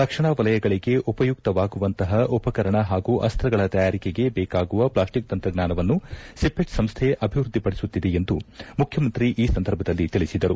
ರಕ್ಷಣಾ ವಲಯಗಳಿಗೆ ಉಪಯುಕ್ತವಾಗುವಂತಹ ಉಪಕರಣ ಹಾಗೂ ಅಸ್ತ್ರಗಳ ತಯಾರಿಕೆಗೆ ಬೇಕಾಗುವ ಪ್ಲಾಸ್ಟಿಕ್ ತಂತ್ರಜ್ಞಾನವನ್ನು ಸಿಪೆಟ್ ಸಂಸ್ದೆ ಅಭಿವೃದ್ದಿಪದಿಸುತ್ತಿದೆ ಎಂದು ಮುಖ್ಯಮಂತ್ರಿ ಈ ಸಂದರ್ಭದಲ್ಲಿ ತಿಳಿಸಿದರು